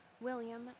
William